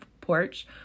porch